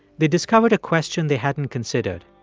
they discovered a question they hadn't considered.